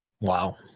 Wow